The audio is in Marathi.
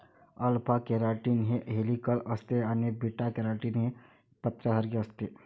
अल्फा केराटीन हे हेलिकल असते आणि बीटा केराटीन हे पत्र्यासारखे असते